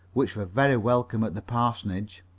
which were very welcome at the parsonage.